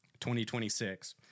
2026